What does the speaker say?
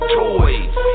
toys